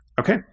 Okay